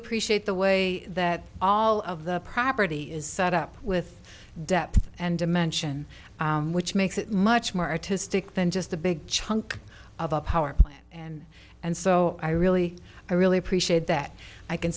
appreciate the way that all of the property is set up with depth and dimension which makes it much more to stick than just a big chunk of a power plant and and so i really i really appreciate that i can